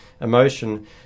emotion